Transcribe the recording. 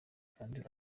kandi